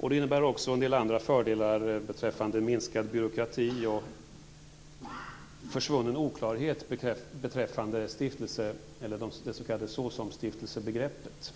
Det innebär också en del andra fördelar beträffande minskad byråkrati och försvunnen oklarhet beträffande det s.k. såsom-stiftelsebegreppet.